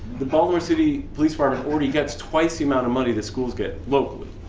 the baltimore city police department already gets twice the amount of money the schools get, locally,